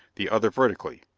the other vertically,